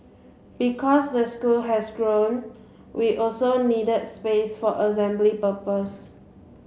because the school has grown we also need space for assembly purposes